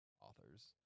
authors